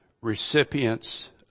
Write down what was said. recipients